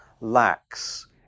lacks